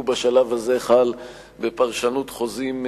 הוא בשלב הזה חל בפרשנות חוזים,